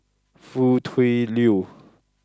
Foo Tui Liew